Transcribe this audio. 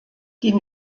die